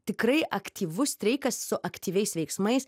tikrai aktyvus streikas su aktyviais veiksmais